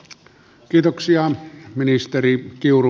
kiitoksia ministeri kiuru